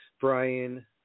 Brian